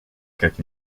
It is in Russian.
как